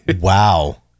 Wow